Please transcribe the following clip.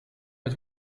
met